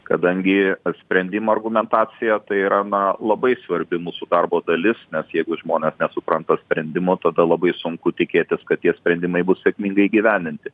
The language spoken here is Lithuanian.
kadangi sprendimo argumentacija tai yra na labai svarbi mūsų darbo dalis nes jeigu žmonės nesupranta sprendimo tada labai sunku tikėtis kad tie sprendimai bus sėkmingai įgyvendinti